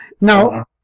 Now